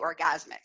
orgasmic